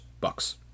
Bucks